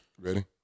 Ready